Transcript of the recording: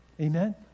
Amen